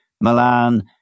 Milan